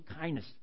kindness